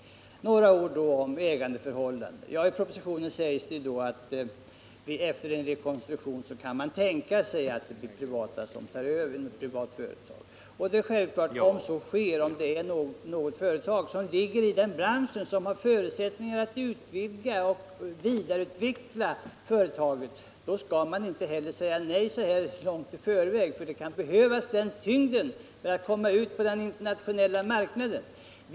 Några ord om ägarförhållandena. I propositionen sägs att man efter en rekonstruktion kan tänka sig att det blir ett privat företag som tar över. Om ett företag i denna bransch har förutsättningar att utvidga och vidareutveckla Luxor, bör man inte säga nej härtill så långt i förväg. Den tyngd som ett sådant övertagande innebär kan behövas för att företaget skall komma ut på den internationella marknaden.